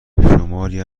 شماری